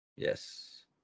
Yes